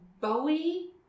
Bowie